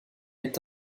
est